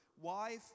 Wife